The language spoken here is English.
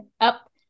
up